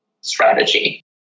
strategy